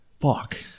Fuck